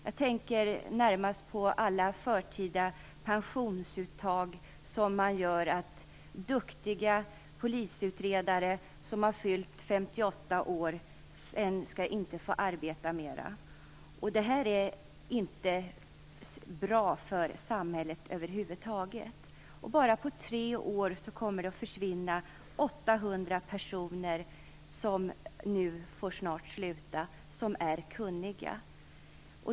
Jag tänker närmast på alla förtida pensionsuttag som gör att duktiga polisutredare som har fyllt 58 år inte skall få arbeta mera. Det här är inte bra för samhället över huvud taget. Bara under tre år kommer det att försvinna 800 personer som är kunniga.